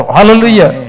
Hallelujah